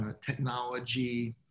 technology